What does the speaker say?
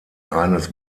eines